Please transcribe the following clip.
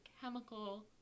chemical